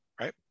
right